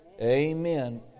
Amen